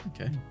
Okay